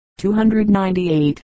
298